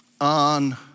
on